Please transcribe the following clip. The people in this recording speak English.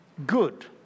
Good